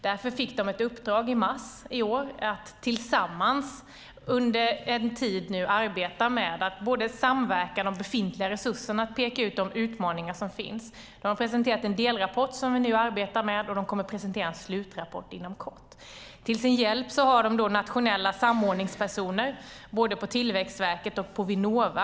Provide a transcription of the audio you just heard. Därför fick de ett uppdrag i mars i år att tillsammans under en tid arbeta med att både samverka om befintliga resurser och peka ut de utmaningar som finns. De har presenterat en delrapport som vi nu arbetar med, och de kommer att presentera en slutrapport inom kort. Till sin hjälp har de nationella samordningspersoner både på Tillväxtverket och på Vinnova.